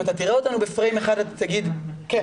אם אתה תראה אותנו בפריים אחד אתה תגיד 'כן,